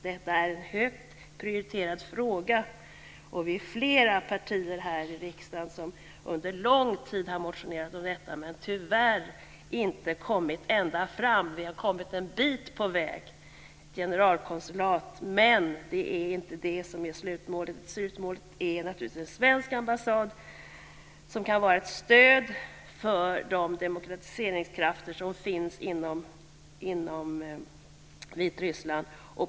Detta är en högt prioriterad fråga, och vi är flera partier i riksdagen som under lång tid har motionerat om detta men tyvärr inte kommit ända fram. Vi har kommit en bit på väg, ett generalkonsulat. Men det är inte det som är slutmålet. Slutmålet är en svensk ambassad som kan vara ett stöd för de demokratiseringskrafter som finns inom Vitryssland.